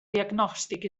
diagnòstic